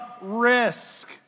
risk